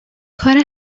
کار